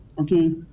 okay